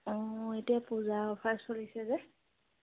অঁ এতিয়া পূজা অফাৰ চলিছে যে